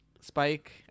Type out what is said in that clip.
Spike